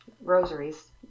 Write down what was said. rosaries